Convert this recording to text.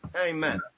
Amen